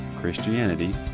Christianity